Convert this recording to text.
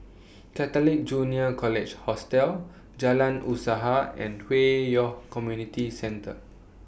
Catholic Junior College Hostel Jalan Usaha and Hwi Yoh Community Centre